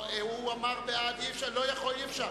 ובכן,